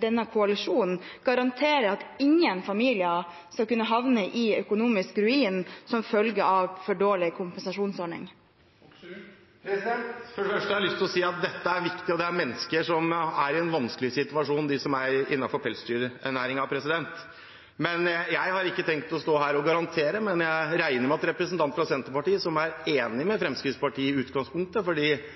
denne koalisjonen garantere at ingen familier skal kunne havne i økonomisk ruin som følge av en for dårlig kompensasjonsordning? For det første har jeg lyst til å si at dette er viktig, og at de som er innenfor pelsdyrnæringen, er mennesker som er i en vanskelig situasjon. Jeg har ikke tenkt å stå her og garantere, men jeg regner med at representanten fra Senterpartiet, som er enig med Fremskrittspartiet i utgangspunktet,